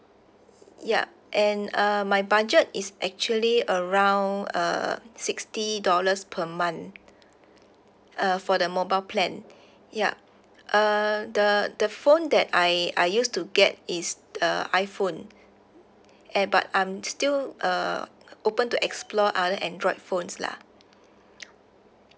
yup and uh my budget is actually around uh sixty dollars per month uh for the mobile plan ya uh the the phone that I I used to get is uh iphone and but I'm still uh open to explore other android phones lah